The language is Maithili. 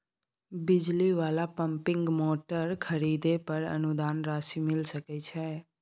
बिजली वाला पम्पिंग मोटर खरीदे पर अनुदान राशि मिल सके छैय?